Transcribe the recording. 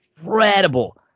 incredible